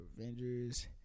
avengers